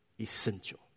essential